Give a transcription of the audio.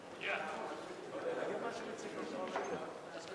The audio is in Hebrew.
חוק שירות המדינה (גמלאות) (תיקון